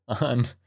on